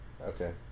Okay